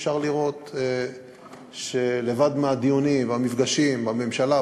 אפשר לראות שלבד מהדיונים והמפגשים בממשלה,